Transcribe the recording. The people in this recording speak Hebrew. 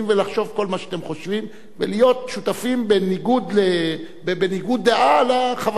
מה שאתם חושבים ולהיות שותפים בניגוד דעה לחוויה הישראלית,